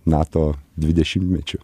nato dvidešimtmečiu